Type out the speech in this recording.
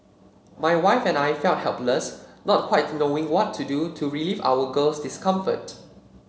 my wife and I felt helpless not quite knowing what to do to relieve our girl's discomfort